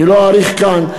אני לא אאריך כאן,